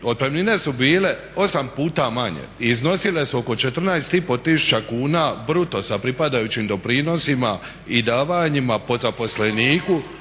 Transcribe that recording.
otpremnine su bile osam puta manje i iznosile su oko 14500 kuna bruto sa pripadajućim doprinosima i davanjima po zaposleniku,